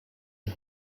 and